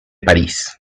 parís